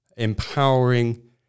empowering